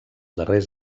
darrers